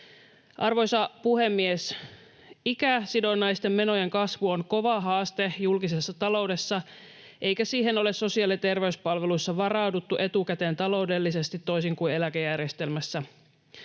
Arvoisa puhemies! Ikäsidonnaisten menojen kasvu on kova haaste julkisessa taloudessa, eikä siihen ole sosiaali- ja terveyspalveluissa varauduttu etukäteen taloudellisesti toisin kuin eläkejärjestelmässä.